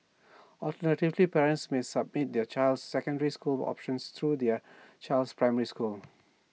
alternatively parents may submit their child's secondary school options through their child's primary school